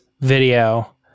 video